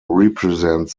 represents